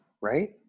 right